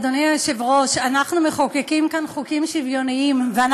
ממה שאנחנו רואים, לא כך הדבר.